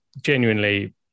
genuinely